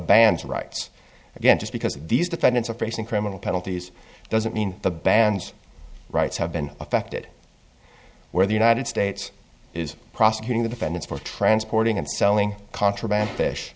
band's rights again just because these defendants are facing criminal penalties doesn't mean the band's rights have been affected where the united states is prosecuting the defendants for transporting and selling contraband fish